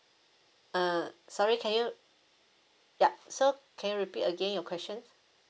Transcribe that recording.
uh sorry can you ya so can you repeat again your question